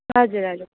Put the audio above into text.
हजुर हजुर